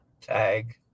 tag